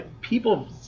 people